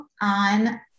on